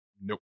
Nope